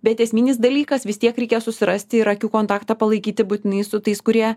bet esminis dalykas vis tiek reikės susirasti ir akių kontaktą palaikyti būtinai su tais kurie